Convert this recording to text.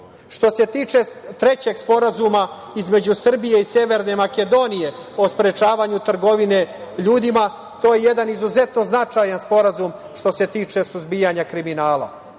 se tiče trećeg Sporazuma između Srbije i Severne Makedonije o sprečavanju trgovine ljudima, to je jedan izuzetno značajan sporazum koji se tiče suzbijanja kriminala. Kao